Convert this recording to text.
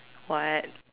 what